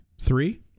Three